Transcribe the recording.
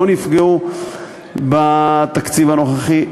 לא נפגעו בתקציב הנוכחי,